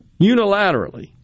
Unilaterally